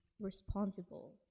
responsible